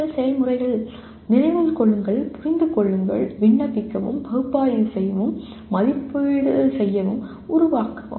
அறிவாற்றல் செயல்முறைகள் நினைவில் கொள்ளுங்கள் புரிந்து கொள்ளுங்கள் விண்ணப்பிக்கவும் பகுப்பாய்வு செய்யவும் மதிப்பீடு செய்யவும் உருவாக்கவும்